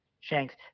shanks